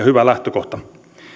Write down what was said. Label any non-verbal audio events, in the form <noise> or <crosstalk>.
<unintelligible> hyvä lähtökohta